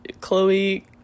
Chloe